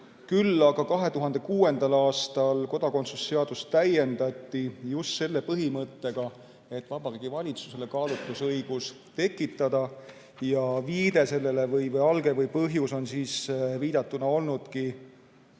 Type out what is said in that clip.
Küll aga 2006. aastal kodakondsuse seadust täiendati just selle põhimõttega, et Vabariigi Valitsusele kaalutlusõigus tekitada. Viide sellele, alge või põhjus ongi viidatuna olnud